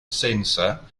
sensor